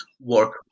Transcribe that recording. work